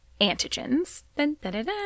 antigens